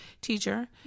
teacher